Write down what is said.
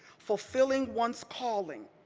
fulfilling one's calling,